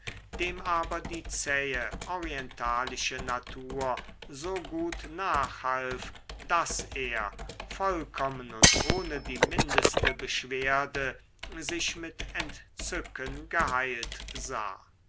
dem aber die zähe orientalische natur so gut nachhalf daß er vollkommen und ohne die mindeste beschwerde sich mit entzücken geheilt sah